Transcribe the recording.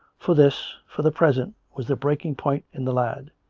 for this, for the present, was the breaking-point in the lad.